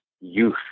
youth